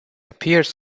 appears